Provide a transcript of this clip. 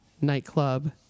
nightclub